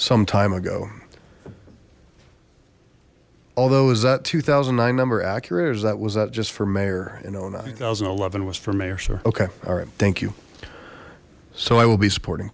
some time ago although is that two thousand and nine number accurate is that was that just for mayor you know nine thousand eleven was for mayor sir okay all right thank you so i will be supporting